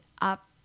up